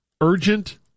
Urgent